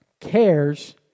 cares